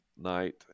night